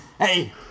Hey